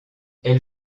elle